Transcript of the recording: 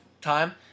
time